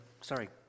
sorry